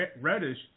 Reddish